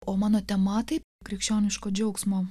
o mano tema taip krikščioniško džiaugsmo